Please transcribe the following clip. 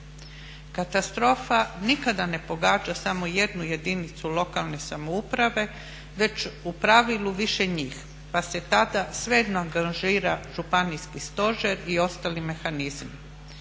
Katastrofa nikada ne pogađa samo jednu jedincu lokalne samouprave već u pravilu više njih. Pa se tada svejedno angažira županijski stožer i ostali mehanizmi.